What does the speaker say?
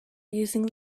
using